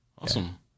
Awesome